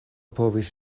povis